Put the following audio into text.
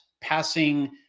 passing